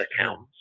accounts